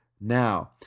now